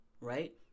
right